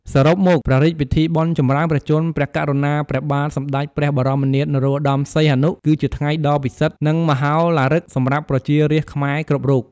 សរុបមក ព្រះរាជពិធីបុណ្យចម្រើនព្រះជន្ម ព្រះករុណា ព្រះបាទសម្តេចព្រះបរមនាថ នរោត្តម សីហមុនី គឺជាថ្ងៃដ៏ពិសិដ្ឋ និងមហោឡារិកសម្រាប់ប្រជារាស្ត្រខ្មែរគ្រប់រូប។